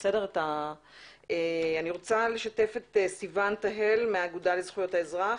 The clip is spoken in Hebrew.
אני משתפת את סיון תהל מהאגודה לזכויות האזרח.